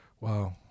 Wow